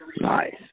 Nice